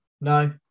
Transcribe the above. No